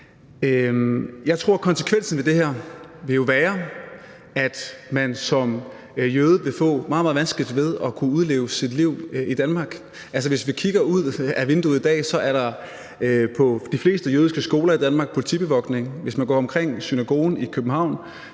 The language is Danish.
Jeg tror, at konsekvensen af det her jo vil være, at man som jøde vil få meget, meget vanskeligt ved at kunne udleve sit liv i Danmark. Hvis vi kigger ud af vinduet i dag, er der på de fleste jødiske skoler i Danmark politibevogtning. Hvis man går omkring synagogen i København,